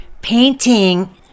painting